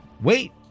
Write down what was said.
wait